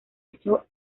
echó